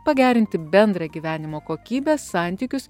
pagerinti bendrą gyvenimo kokybę santykius